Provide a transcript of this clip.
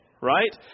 right